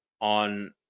on